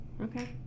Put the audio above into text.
Okay